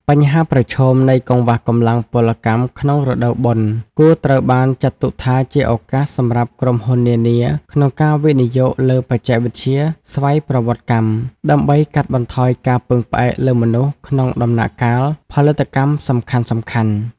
បញ្ហាប្រឈមនៃកង្វះកម្លាំងពលកម្មក្នុងរដូវបុណ្យ គួរត្រូវបានចាត់ទុកថាជាឱកាសសម្រាប់ក្រុមហ៊ុននានាក្នុងការវិនិយោគលើបច្ចេកវិទ្យាស្វ័យប្រវត្តិកម្ម ដើម្បីកាត់បន្ថយការពឹងផ្អែកលើមនុស្សក្នុងដំណាក់កាលផលិតកម្មសំខាន់ៗ។